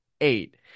eight